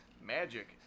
magic